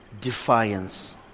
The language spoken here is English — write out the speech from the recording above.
defiance